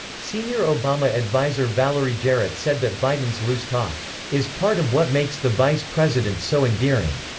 senior obama advisor valerie jarrett said that biden's loose talk is part of what makes the vice president so endearing.